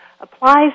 applies